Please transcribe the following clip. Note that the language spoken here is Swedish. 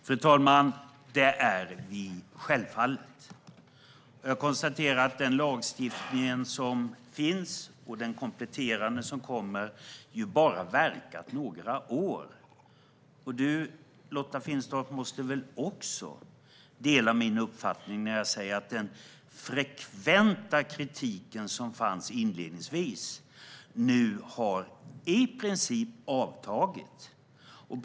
Fru talman! Det är vi självfallet. Jag konstaterar dock att den lagstiftning som finns ju bara har verkat i några år och att det nu kommer en kompletterande lagstiftning. Du måste väl också dela min uppfattning när jag säger att den frekventa kritiken som fanns inledningsvis nu i princip har avtagit, Lotta Finstorp.